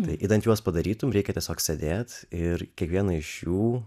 tai kad juos padarytumei reikia tiesiog sėdėt ir kiekvieną iš jų